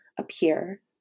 appear